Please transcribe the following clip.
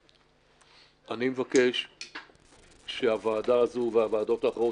אני מבקש שהוועדה הזו והוועדות האחרות